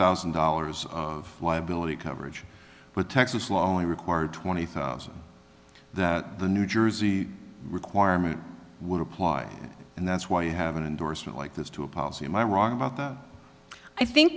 thousand dollars of liability coverage but texas law only required twenty thousand that the new jersey requirement would apply and that's why you have an endorsement like this to a policy am i wrong about that i think